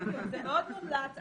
זה מאוד מומלץ.